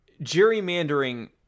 Gerrymandering